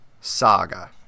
saga